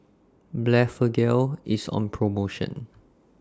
Blephagel IS on promotion